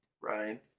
Ryan